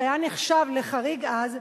שהיה נחשב לחריג אז,